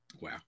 Wow